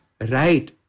right